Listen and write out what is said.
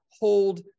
Hold